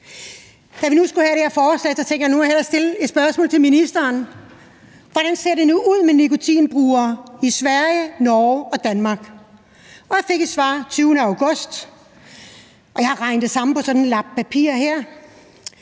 Da vi nu skulle behandle det her forslag, tænkte jeg, at jeg hellere måtte stille det her spørgsmål til ministeren: Hvordan ser det nu ud med nikotinbrugere i Sverige, Norge og Danmark? Jeg fik et svar den 20. august, og jeg har regnet tallene sammen på sådan en lap papir her.